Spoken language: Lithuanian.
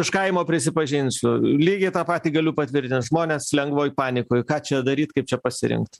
iš kaimo prisipažinsiu lygiai tą patį galiu patvirtint žmonės lengvoj panikoj ką čia daryt kaip čia pasirinkt